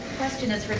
question is